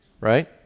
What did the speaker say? right